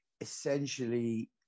essentially